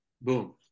Boom